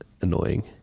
annoying